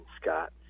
Scott